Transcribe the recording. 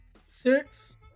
Six